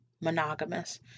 monogamous